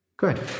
Good